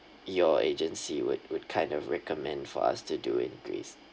your agency would would kind of recommend for us to do in greece